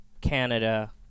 Canada